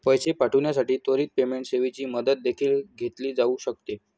पैसे पाठविण्यासाठी त्वरित पेमेंट सेवेची मदत देखील घेतली जाऊ शकते